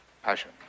Passion